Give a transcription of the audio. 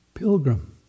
Pilgrim